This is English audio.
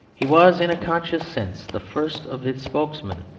he was, in a conscious sense, the first of its spokesmen.